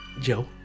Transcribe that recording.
Joe